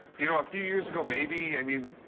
you know, a few years ago, maybe. i mean,